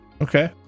Okay